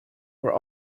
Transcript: were